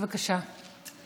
בבקשה.